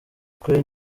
kwe